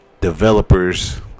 developers